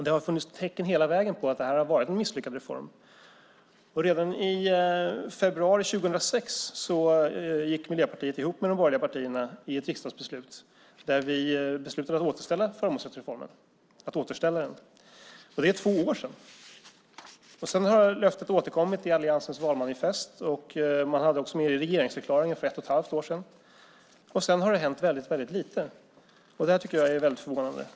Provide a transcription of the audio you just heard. Det har funnits tecken hela vägen på att det här har varit en misslyckad reform. Redan i februari 2006 gick Miljöpartiet ihop med de borgerliga partierna i ett riksdagsbeslut där vi beslutade att återställa förmånsrättsreformen. Det var för två år sedan. Löftet återkom i alliansens valmanifest, och man hade också med det i regeringsförklaringen för ett och ett halvt år sedan. Därefter har det hänt mycket lite, vilket jag tycker är förvånande.